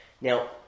Now